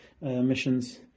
missions